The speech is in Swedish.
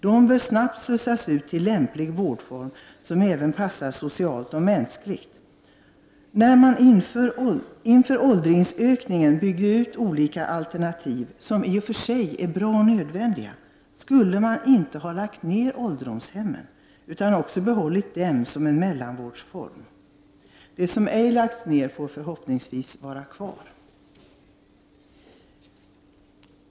De bör snabbt slussas ut till lämplig vårdform som även passar socialt och mänskligt. När man inför åldringsökningen byggt ut olika alternativ, som i och för sig är bra och nödvändiga, skulle man inte ha lagt ner ålderdomshemmen utan behållit dem som mellanvårdsform. De som ej lagts ner får förhoppningsvis vara kvar.